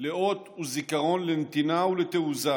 לאות וזיכרון לנתינה ולתעוזה